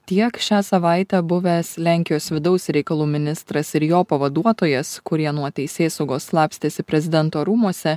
tiek šią savaitę buvęs lenkijos vidaus reikalų ministras ir jo pavaduotojas kurie nuo teisėsaugos slapstėsi prezidento rūmuose